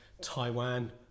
Taiwan